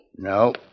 No